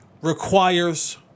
requires